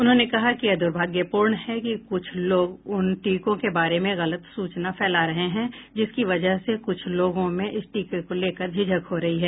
उन्होंने कहा कि यह दुर्भाग्यपूर्ण है कि कुछ लोग उन टीकों के बारे में गलत सूचना फैला रहे हैं जिसकी वजह से कुछ लोगों में इस टीके को लेकर झिझक हो रही है